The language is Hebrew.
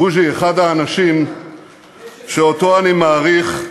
בוז'י, אחד האנשים שאני מעריך,